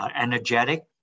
energetic